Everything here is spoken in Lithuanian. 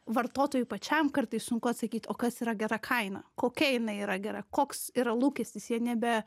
vartotojui pačiam kartais sunku atsakyt o kas yra gera kaina kokia jinai yra gera koks yra lūkestis jie nebe